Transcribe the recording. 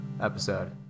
episode